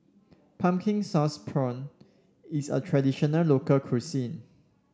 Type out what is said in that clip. Pumpkin Sauce Prawns is a traditional local cuisine